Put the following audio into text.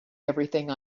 everything